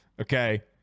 Okay